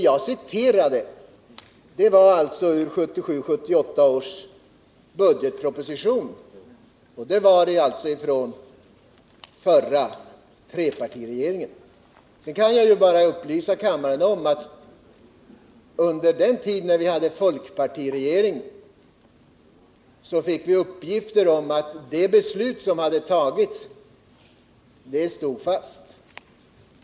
Jag citerade ur 1977/78 års budgetproposition, som alltså lades fram av den förra trepartiregeringen. Sedan kan jag bara upplysa kammaren om att under den tid som vi hade en folkpartiregering så fick vi uppgifter om att det beslut som hade fattats stod fast.